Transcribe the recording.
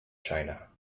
china